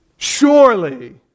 Surely